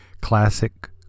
classic